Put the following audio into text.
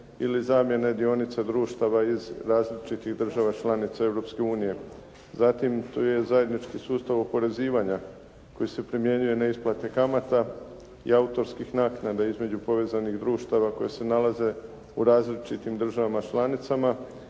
ili zamjene dionica društava iz različitih država članica Europske unije. Zatim, tu je zajednički sustav oporezivanja koji se primjenjuje na isplate kamata i autorskih naknada između povezanih društava koji se nalaze u različitim državama članicama